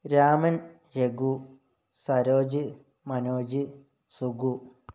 Raman Raghu Saroj Manoj Suku